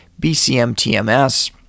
BCMTMS